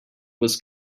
was